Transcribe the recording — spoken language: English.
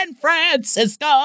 Francisco